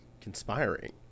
Conspiring